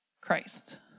Christ